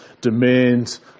demands